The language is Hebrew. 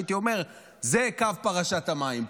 שהייתי אומר: זה קו פרשת המים,